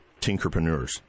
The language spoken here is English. tinkerpreneurs